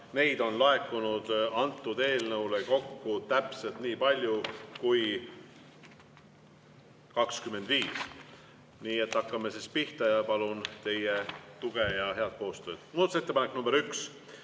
Neid on laekunud selle eelnõu kohta kokku täpselt nii palju kui 25. Nii et hakkame pihta ja palun teie tuge ja head koostööd. Muudatusettepaneku nr 1